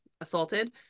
assaulted